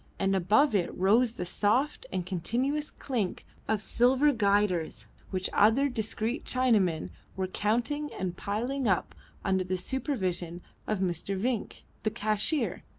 and above it rose the soft and continuous clink of silver guilders which other discreet chinamen were counting and piling up under the supervision of mr. vinck, the cashier,